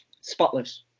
spotless